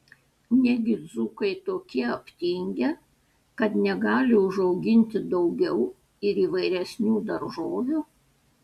negi dzūkai tokie aptingę kad negali užauginti daugiau ir įvairesnių daržovių